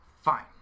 Fine